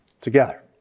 together